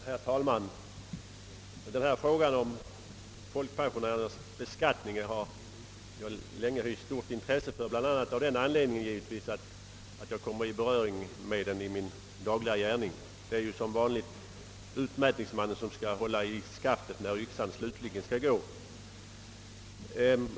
Herr talman! Jag har länge hyst intresse för frågan om folkpensionärernas beskattning, delvis givetvis av den anledningen att jag kommer i beröring med den i min dagliga gärning — det är som vanligt utmätningsmannen som skall hålla i skaftet när yxan slutligen skall gå.